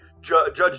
Judge